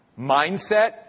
mindset